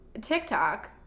TikTok